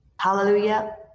Hallelujah